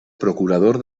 procurador